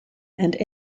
and